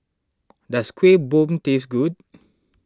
does Kueh Bom taste good